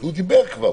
הוא דיבר כבר.